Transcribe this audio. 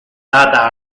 data